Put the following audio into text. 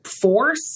force